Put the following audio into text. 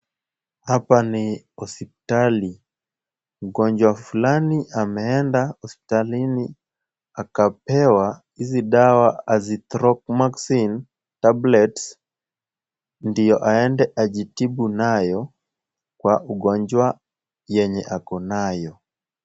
Hapa ni hospitali. Mgonjwa fulani ameenda hospitalini akapewa hizi dawa Azithromycin tablets , ndio aende ajitibu nayo kwa ugonjwa yenye ako nayo.